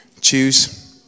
choose